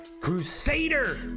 crusader